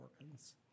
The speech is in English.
organs